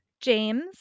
James